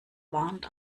warnt